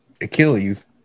Achilles